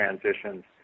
transitions